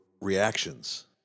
reactions